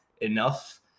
enough